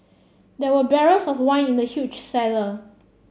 there were barrels of wine in the huge cellar